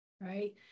right